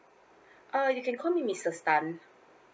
uh you can call me mrs tan